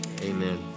amen